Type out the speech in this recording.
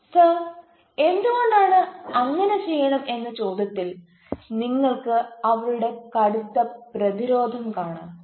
sir എന്തുകൊണ്ട് അങ്ങനെ ചെയ്യണം എന്ന ചോദ്യത്തിൽ നിങ്ങൾക്ക് അവരുടെ കടുത്ത പ്രതിരോധം കാണാം